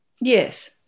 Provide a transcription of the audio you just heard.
Yes